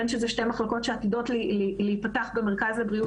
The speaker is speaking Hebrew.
בין היתר שתי מחלקות שעתידות להיפתח במרכז לבריאות